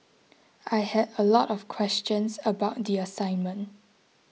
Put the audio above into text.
I had a lot of questions about the assignment